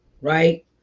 right